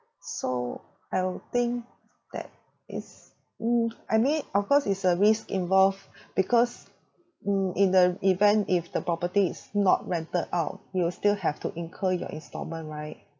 so I'll think that is mm I mean of course it's a risk involved because mm in the event if the property is not rented out you will still have to incur your instalment right